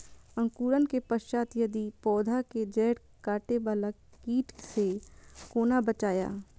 अंकुरण के पश्चात यदि पोधा के जैड़ काटे बाला कीट से कोना बचाया?